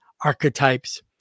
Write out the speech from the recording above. Archetypes